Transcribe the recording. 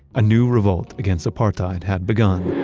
a new revolt against apartheid had begun.